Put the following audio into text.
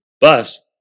bus